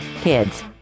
Kids